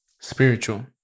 Spiritual